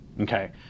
Okay